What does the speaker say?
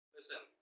Listen